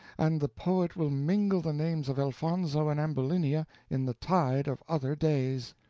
and the poet will mingle the names of elfonzo and ambulinia in the tide of other days.